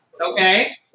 Okay